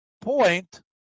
point